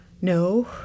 No